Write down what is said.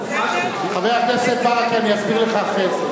חבר הכנסת ברכה, אני אסביר לך אחרי זה.